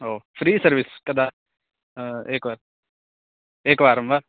ओ free service कदा एकवारम् एकवारं वा